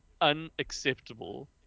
unacceptable